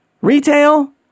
Retail